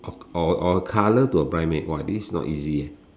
or or colour to a blind man !wah! this is not easy eh